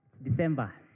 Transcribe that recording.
December